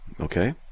Okay